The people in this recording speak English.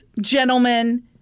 gentlemen